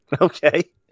okay